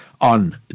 on